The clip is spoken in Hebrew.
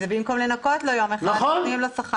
זה לא נוגע אלייך.